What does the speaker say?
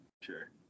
sure